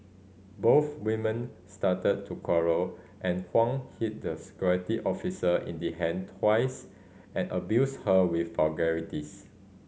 both women started to quarrel and Huang hit the security officer in the hand twice and abused her with vulgarities